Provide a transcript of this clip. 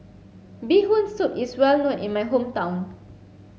bee hoon soup is well known in my hometown